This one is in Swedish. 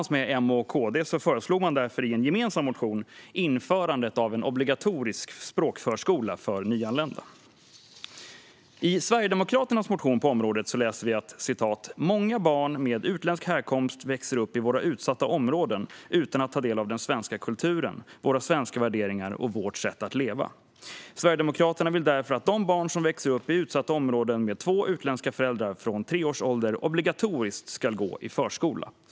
Därför föreslog C och L tillsammans med M och KD införande av en obligatorisk språkförskola för nyanlända. I Sverigedemokraternas motion på området står det att "många barn med utländsk härkomst växer upp i våra utsatta områden utan att ta del av den svenska kulturen, våra svenska värderingar och vårt sätt att leva". Sverigedemokraterna vill därför "att de barn som växer upp i utsatta områden med två utländska föräldrar från tre års ålder obligatoriskt ska gå i förskola".